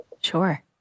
Sure